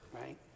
right